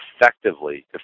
effectively